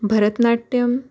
Bharatanatyam